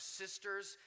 sisters